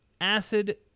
acid